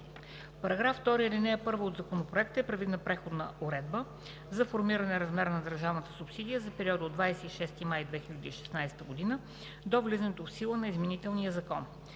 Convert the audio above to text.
С § 2, ал. 1 от Законопроекта е предвидена преходна уредба за формиране на размера на държавната субсидия за периода от 26 май 2016 г. до влизането в сила на изменителния закон.